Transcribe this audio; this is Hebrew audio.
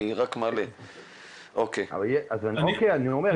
אבל אני אומר,